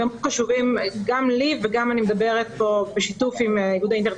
והם חשובים גם לי ואני מדברת פה בשיתוף עם איגוד האינטרנט